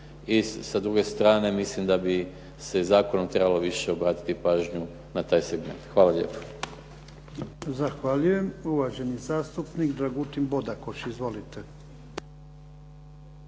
sa druge strane mislim da bi se zakonom trebalo više obratiti pažnju na taj segment. Hvala lijepa.